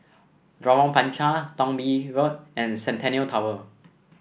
Lorong Panchar Thong Bee Road and Centennial Tower